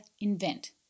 invent